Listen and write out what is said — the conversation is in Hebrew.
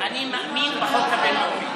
אני מאמין בחוק הבין-לאומי.